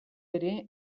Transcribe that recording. ere